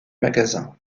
magasins